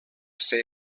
seva